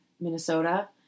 Minnesota